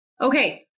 Okay